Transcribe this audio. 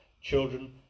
children